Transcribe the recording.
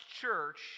church